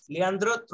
Leandro